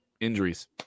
injuries